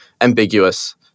ambiguous